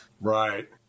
Right